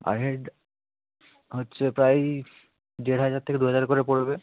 পার head হচ্ছে প্রায়ই ডেড় হাজার থেকে দু হাজার করে পড়বে